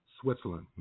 Switzerland